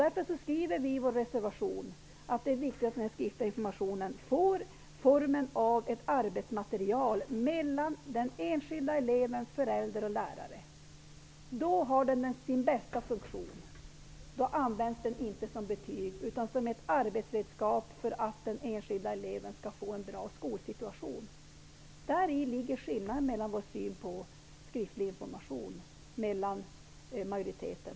Därför skriver vi i vår reservation att det är viktigt att den skriftilga informationen får formen av ett arbetsmaterial för den enskilda eleven, föräldrar och lärare. Så fungerar den bäst, då används den inte som ett betyg utan som ett arbetsredskap för att den enskilda eleven skall få en bra skolsituation. Däri ligger skillnaden mellan vår och majoritetens syn på skriftlig information.